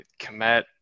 Komet